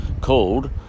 called